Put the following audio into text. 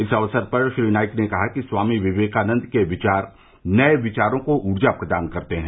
इस अवसर पर श्री नाईक ने कहा कि स्वामी विवेकानन्द के विचार नये विचारों को ऊर्जा प्रदान करते हैं